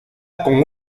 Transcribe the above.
con